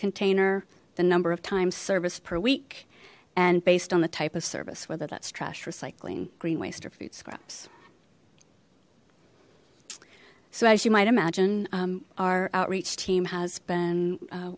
container the number of times service per week and based on the type of service whether that's trash recycling green waste or food scraps so as you might imagine our outreach team has been